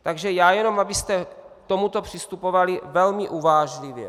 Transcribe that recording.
Takže já jen, abyste k tomuto přistupovali velmi uvážlivě.